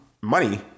money